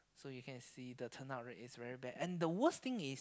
so you can see the turn up rate is very bad and the worst thing is